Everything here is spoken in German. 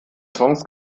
songs